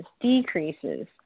decreases